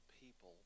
people